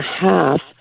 half